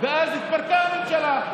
ואז התפרקה הממשלה,